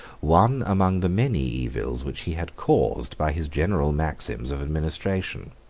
one among the many evils which he had caused by his general maxims of administration.